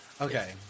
okay